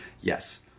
Yes